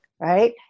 Right